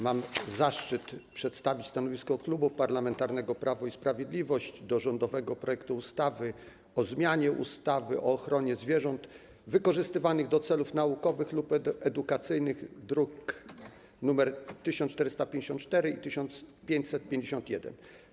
Mam zaszczyt przedstawić stanowisko Klubu Parlamentarnego Prawo i Sprawiedliwość odnośnie do rządowego projektu ustawy o zmianie ustawy o ochronie zwierząt wykorzystywanych do celów naukowych lub edukacyjnych, druki nr 1454 i 1551.